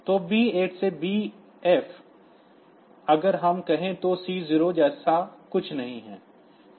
तो B8 से BF अगर हम कहें तो C0 जैसा कुछ नहीं है